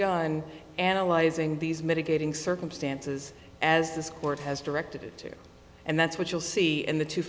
gun analyzing these mitigating circumstances as this court has directed it and that's what you'll see in the two